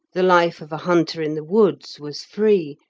the life of a hunter in the woods was free,